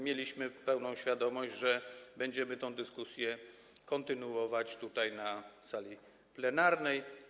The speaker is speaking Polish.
Mieliśmy pełną świadomość, że będziemy tę dyskusję kontynuować tutaj, na sali plenarnej.